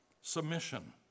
Submission